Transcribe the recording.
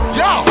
yo